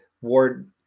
ward